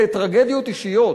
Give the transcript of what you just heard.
אלה טרגדיות אישיות,